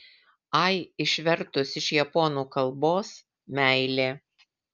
ai išvertus iš japonų kalbos meilė